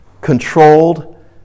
controlled